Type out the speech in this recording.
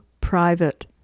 private